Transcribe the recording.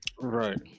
right